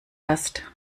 hast